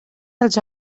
dels